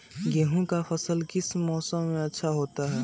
गेंहू का फसल किस मौसम में अच्छा होता है?